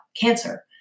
cancer